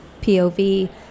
POV